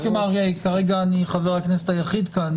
שוויון הזדמנויות בין הרשימות המתמודדות הן בהכרח מאותה קטגוריה.